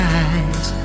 eyes